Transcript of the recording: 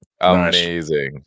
Amazing